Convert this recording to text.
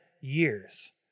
years